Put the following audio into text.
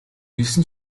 элсэн